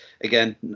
Again